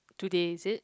today is it